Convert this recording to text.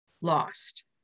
lost